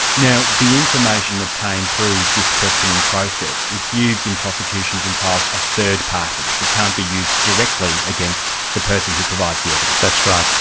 now the information obtained through this questioning process, it's it's used in prosecutions and trials of third parties, it can't be used directly against the person who provides the evidence? that's right.